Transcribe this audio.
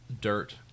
dirt